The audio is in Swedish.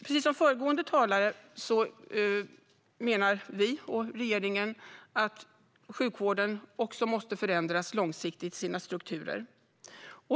Precis som föregående talare menar vi och regeringen att sjukvården också måste förändras långsiktigt i sina strukturer.